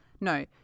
no